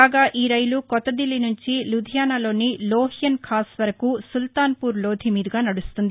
కాగా ఈ రైలు కొత్తదిల్లీ నుంచి లుథియానాలోని లోహియన్ ఖాస్ వరకు సుల్తాన్ పూర్ లోథి మీదుగా నడుస్తుంది